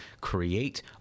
create